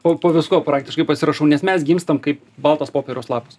po po viskuo praktiškai pasirašau nes mes gimstam kaip baltas popieriaus lapas